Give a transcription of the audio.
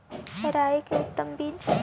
राई के उतम बिज?